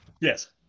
Yes